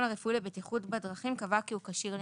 הרפואי לבטיחות בדרכים קבע כי הוא כשיר לנהיגה.